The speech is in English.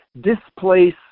displace